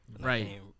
Right